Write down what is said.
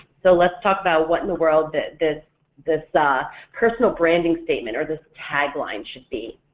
so let's talk about what in the world that this this ah personal branding statement or this tagline should be.